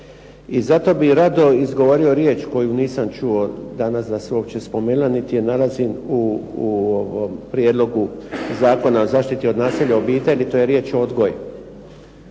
i zato bih rado izgovorio riječ koju nisam čuo danas da se uopće spomenula, niti je nalazim u ovom Prijedlogu Zakona o zaštiti od nasilja u obitelji. To je riječ odgoj.